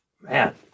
man